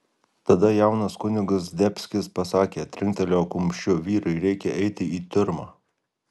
tada jaunas kunigas zdebskis pasakė trinktelėjo kumščiu vyrai reikia eiti į tiurmą